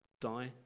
die